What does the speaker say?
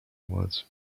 was